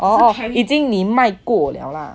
oh oh 已经你卖过 liao ah